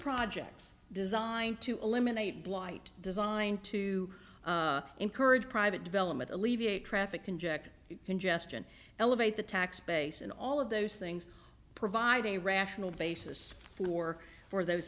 projects designed to eliminate blight designed to encourage private development alleviate traffic congestion congestion elevate the tax base and all of those things provide a rational basis for for those